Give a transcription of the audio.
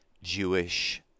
Jewish